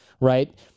right